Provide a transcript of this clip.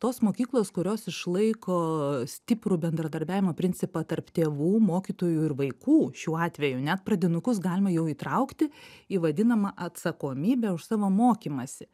tos mokyklos kurios išlaiko stiprų bendradarbiavimo principą tarp tėvų mokytojų ir vaikų šiuo atveju net pradinukus galima jau įtraukti į vadinamą atsakomybę už savo mokymąsi